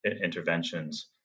interventions